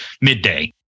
midday